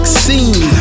scene